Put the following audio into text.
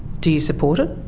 do you support it?